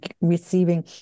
receiving